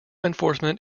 enforcement